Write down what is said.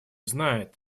знает